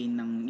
ng